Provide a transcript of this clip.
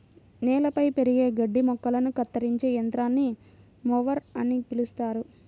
నేలపై పెరిగే గడ్డి మొక్కలను కత్తిరించే యంత్రాన్ని మొవర్ అని పిలుస్తారు